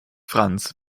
franz